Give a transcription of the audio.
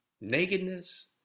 nakedness